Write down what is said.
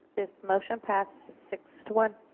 this motion passed six to one.